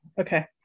okay